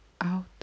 out